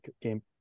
game